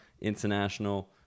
international